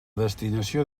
destinació